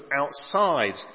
outside